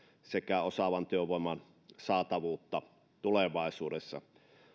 sekä osaavan työvoiman saatavuutta tulevaisuudessa